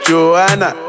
Joanna